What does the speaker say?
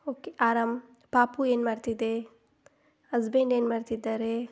okay ಆರಾಮ ಪಾಪು ಏನು ಮಾಡ್ತಿದೆ ಹಸ್ಬೆಂಡ್ ಏನು ಮಾಡ್ತಿದ್ದಾರೆ